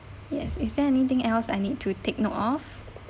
yes is there anything else I need to take note of